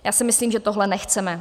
Já si myslím, že tohle nechceme.